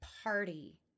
party